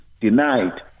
denied